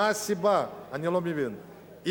אני לא מבין מה הסיבה.